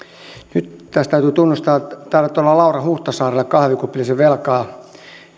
nyt tässä täytyy tunnustaa että täällä ollaan laura huhtasaarelle kahvikupillinen velkaa